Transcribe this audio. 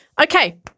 okay